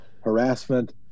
harassment